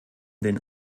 den